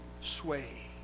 sway